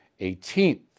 18th